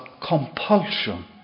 compulsion